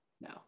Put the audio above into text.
No